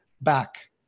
back